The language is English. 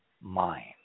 mind